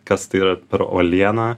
kas tai yra per uoliena